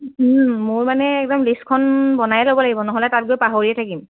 মোৰ মানে একদম লিষ্টখন বনাই ল'ব লাগিব নহ'লে তাত গৈ পাহৰিয়ে থাকিম